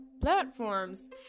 platforms